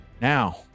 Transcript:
Now